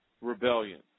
rebellion